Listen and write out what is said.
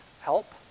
help